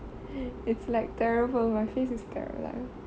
it's like terrible my face is terrible